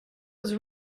was